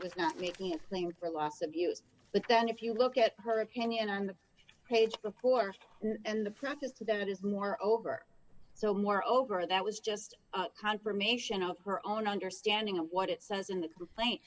was not making it for loss of use but then if you look at her opinion on the page before and the preface to that it is more over so more over that was just confirmation of her own understanding of what it says in the complaint